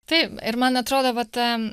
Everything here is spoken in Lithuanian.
taip ir man atrodo vat